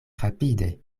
rapide